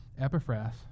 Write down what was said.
Epiphras